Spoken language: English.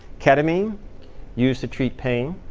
ketamine used to treat pain.